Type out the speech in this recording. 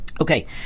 okay